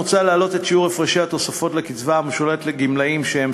מוצע להעלות את שיעור הפרשי התוספות לקצבה המשולמת לגמלאים שהם